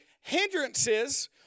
hindrances